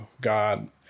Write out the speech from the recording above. God